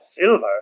Silver